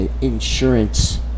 insurance